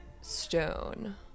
stone